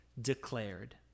declared